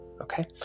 okay